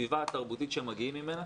בסביבה התרבותית שהם מגיעים ממנה,